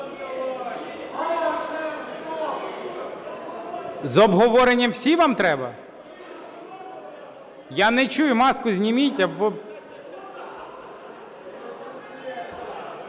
З обговоренням всім вам треба? Я не чую, маску зніміть.